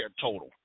total